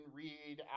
read